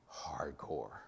hardcore